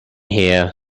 here